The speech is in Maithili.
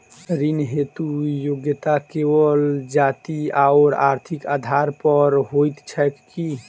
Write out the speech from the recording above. ऋण हेतु योग्यता केवल जाति आओर आर्थिक आधार पर होइत छैक की?